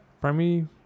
Primary